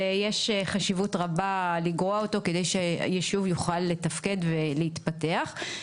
ויש חשיבות רבה לגרוע אותו כדי שהיישוב יוכל לתפקד ולהתפתח.